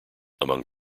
among